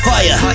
Fire